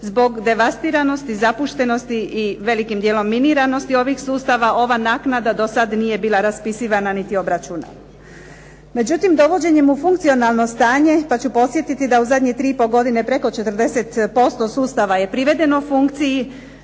Zbog devastiranosti, zapuštenosti i velikim dijelom miniranosti ovih sustava, ova naknada dosad nije bila raspisivana niti …/Govornica se ne razumije./… Međutim dovođenjem u funkcionalno stanje, pa ću podsjetiti da u zadnje tri i pol godine preko 40% sustava je privedeno funkciji,